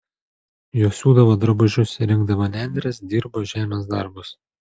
jos siūdavo drabužius rinkdavo nendres dirbo žemės darbus